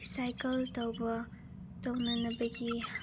recycle ꯇꯧꯕ ꯇꯧꯅꯅꯕꯒꯤ